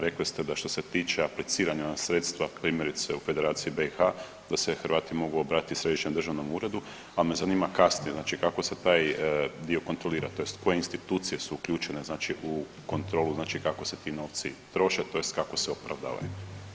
Rekli ste da što se tiče apliciranje na sredstva primjerice u Federaciji BiH da se Hrvati mogu obratiti Središnjem državnom uredu pa me zanima kasnije znači kako se taj dio kontrolira tj. koje institucije su uključene znači u kontrolu znači kako se ti novci troše tj. kako se opravdavaju.